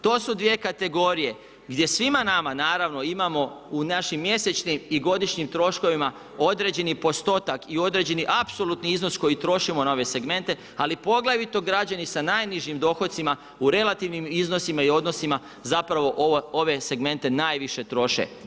To su dvije kategorije gdje svima nama, naravno imamo u našim mjesečnim i godišnjim troškovima određeni postotak i određeni apsolutni iznos koji trošimo na ove segmente, ali poglavito građani sa najnižim dohocima u relativnim iznosima i odnosima zapravo ove segmente najviše troše.